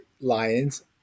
Lions